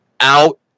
out